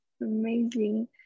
Amazing